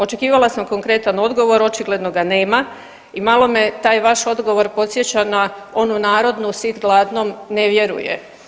Očekivala sam konkretan odgovor, očigledno ga nema i malo me taj vaš odgovor podsjeća na onu narodnu sit gladnom ne vjeruje.